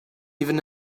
even